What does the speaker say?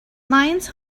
lions